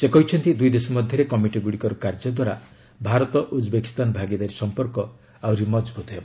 ସେ କହିଛନ୍ତି ଦୁଇ ଦେଶ ମଧ୍ୟରେ କମିଟିଗୁଡ଼ିକର କାର୍ଯ୍ୟ ଦ୍ୱାରା ଭାରତ ଉଜ୍ବେକିସ୍ତାନ ଭାଗିଦାରୀ ସମ୍ପର୍କ ଆହୁରି ମଜବୁତ ହେବ